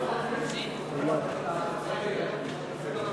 חברי הכנסת, להלן התוצאות: